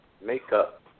makeup